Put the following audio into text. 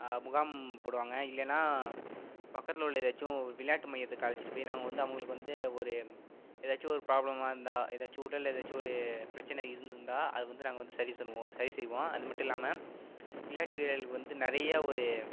முகாம் போடுவாங்க இல்லைன்னா பக்கத்தில் உள்ள ஏதாச்சும் ஒரு விளாட்டு மையத்துக்கு அழைச்சிட்டு போய் நாங்கள் வந்து அவங்களுக்கு வந்து ஒரு ஏதாச்சும் ஒரு ப்ராப்ளமாக இருந்தால் ஏதாச்சு உடலில் ஏதாச்சும் ஒரு பிரச்சனை இருந்துருந்தால் அதை வந்து நாங்கள் வந்து சரி சரி செய்வோம் அது மட்டும் இல்லாமல் விளாட்டு வீரர்களுக்கு வந்து நிறைய ஒரு